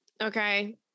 okay